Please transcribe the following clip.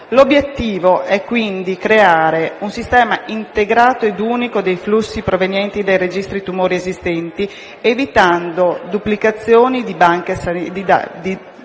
L'obiettivo è quindi creare un sistema integrato e unico dei flussi provenienti dai registri tumori esistenti, evitando duplicazioni di banche dati